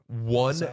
One